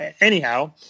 Anyhow